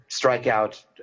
strikeout